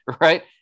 right